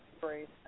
great